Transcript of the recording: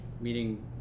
meeting